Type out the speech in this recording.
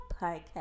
podcast